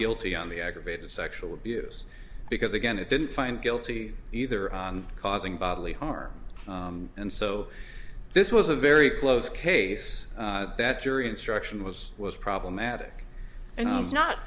guilty on the aggravated sexual abuse because again it didn't find guilty either causing bodily harm and so this was a very close case that jury instruction was was problematic and